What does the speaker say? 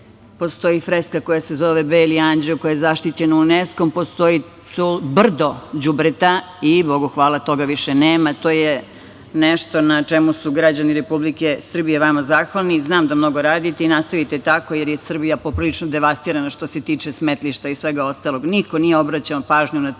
postoji freska koja se zove Beli anđeo, koja je zaštićena UNESKO-om, postoji brdo đubreta i, bogu hvala, toga više nema. To je nešto na čemu su građani Republike Srbije vama zahvalni. Znam da mnogo radite i nastavite tako, jer je Srbija poprilično devastirana što se tiče smetlišta i svega ostalog. Niko nije obraćao pažnju na to